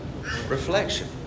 Reflection